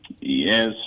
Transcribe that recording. Yes